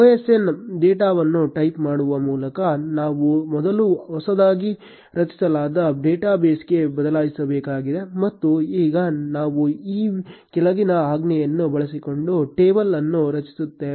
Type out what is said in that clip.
osn ಡೇಟಾವನ್ನು type ಮಾಡುವ ಮೂಲಕ ನಾವು ಮೊದಲು ಹೊಸದಾಗಿ ರಚಿಸಲಾದ ಡೇಟಾಬೇಸ್ಗೆ ಬದಲಾಯಿಸಬೇಕಾಗಿದೆ ಮತ್ತು ಈಗ ನಾವು ಈ ಕೆಳಗಿನ ಆಜ್ಞೆಯನ್ನು ಬಳಸಿಕೊಂಡು ಟೇಬಲ್ ಅನ್ನು ರಚಿಸುತ್ತೇವೆ